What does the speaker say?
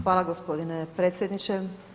Hvala gospodine predsjedniče.